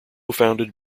founded